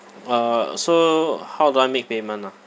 uh so how do I make payment ah